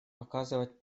оказывать